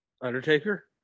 undertaker